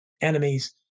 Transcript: enemies